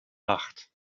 acht